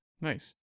Nice